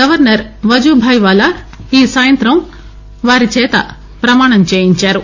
governor Vajubhai Vala ఈ సాయంత్రం వీరి చేత ప్రమాణం చేయించారు